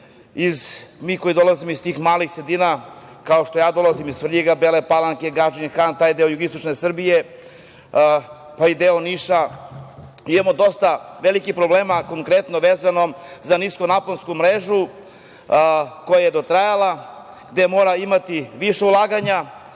mi koji dolazimo iz tih malih sredina, kao što ja dolazim iz Svrljiga, Bele Palanke, Gadžin Han, taj deo jugoistočne Srbije, pa i deo Niša. Imamo dosta velikih problema konkretno vezano za niskonaponsku mrežu koja je dotrajala gde mora imati više ulaganja,